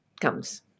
comes